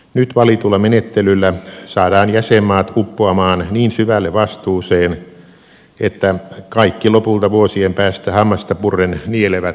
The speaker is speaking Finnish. nyt valitulla menettelyllä saadaan jäsenmaat uppoamaan niin syvälle vastuuseen että kaikki lopulta vuosien päästä hammasta purren nielevät takaajan tappiot